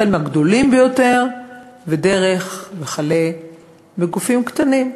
החל בגדולים ביותר וכלה בגופים קטנים.